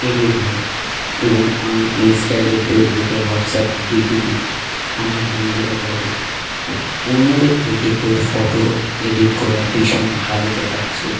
edit হয় এবং আমি ইন্স্টাগ্রামে ফেসবুকে হোয়াটসঅ্যাপে ডিপি দিই আমার বন্ধুরা বলে অন্যদের থেকে তোর ফটো এডিট করা ভীষণ ভালো দেখাচ্ছে